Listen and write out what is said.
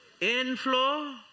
Inflow